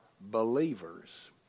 believers